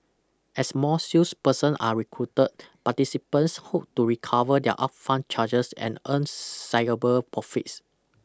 as more salesperson are recruited participants hope to recover their upfront charges and earn sizeable profits